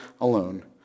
alone